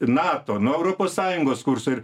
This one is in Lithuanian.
nato nuo europos sąjungos kurso ir